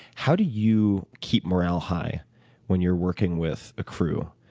how do you keep morale high when you're working with a crew?